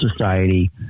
society